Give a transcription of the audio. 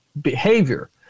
behavior